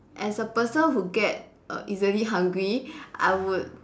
as a person who get err easily hungry I would